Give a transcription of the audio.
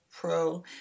Pro